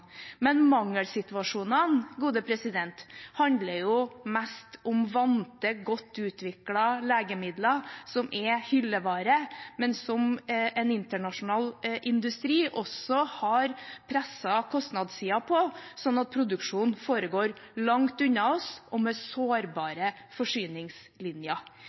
Mangelsituasjonene handler jo mest om vante, godt utviklede legemidler som er hyllevare, men som en internasjonal industri også har presset kostnadssiden på, slik at produksjonen foregår langt unna oss og med sårbare forsyningslinjer.